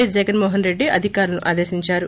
yes Jaganmohan Reddy అధికారులను ఆదేశించారు